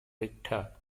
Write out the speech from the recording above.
richter